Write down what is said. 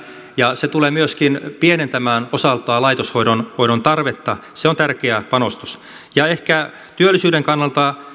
ja se tulee myöskin pienentämään osaltaan laitoshoidon tarvetta se on tärkeä panostus ja ehkä työllisyyden kannalta